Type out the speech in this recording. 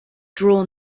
drawn